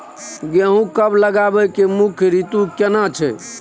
गेहूं कब लगाबै के मुख्य रीतु केना छै?